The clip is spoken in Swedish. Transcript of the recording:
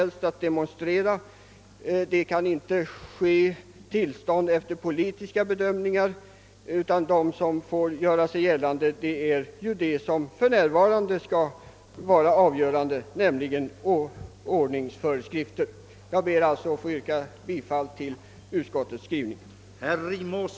Tillstånd till demonstrationer skall inte beviljas efter politiska bedömningar; det enda man har att ta hänsyn till är att gällande ordningsföreskrifter följs. Jag ber alltså att få yrka bifall till utskottets hemställan.